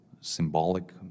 Symbolic